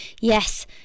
yes